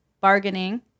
bargaining